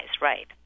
right